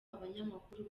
abanyamakuru